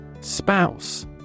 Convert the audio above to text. Spouse